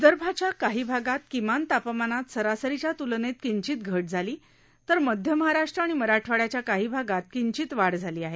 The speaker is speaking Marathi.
विदर्भाच्या काही भागात किमान तापमानात सरसरीच्या त्लनेत किचिंत घट झाली तर मध्य महाराष्ट्र आणि मराठवाडयाच्या काही भागात किंचित वाढ झाली आहे